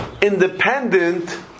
independent